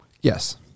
Yes